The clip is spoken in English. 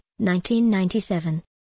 1997